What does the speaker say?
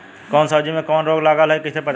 कौनो सब्ज़ी में कवन रोग लागल ह कईसे पता चली?